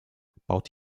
baut